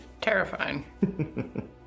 Terrifying